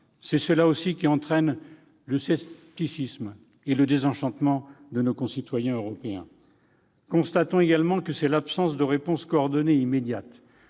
C'est aussi elle qui suscite le scepticisme et le désenchantement de nos concitoyens européens. Constatons également que l'absence de réponse coordonnée et immédiate,